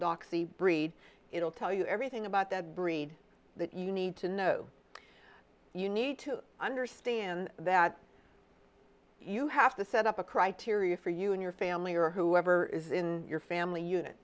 doxy breed it'll tell you everything about that breed that you need to know you need to understand that you have to set up a criteria for you and your family or whoever is in your family unit